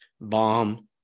Bomb